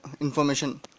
information